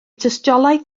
tystiolaeth